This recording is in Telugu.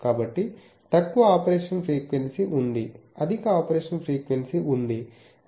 కాబట్టి తక్కువ ఆపరేషన్ ఫ్రీక్వెన్సీ ఉందిఅధిక ఆపరేషన్ ఫ్రీక్వెన్సీ ఉంది